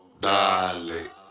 dale